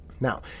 Now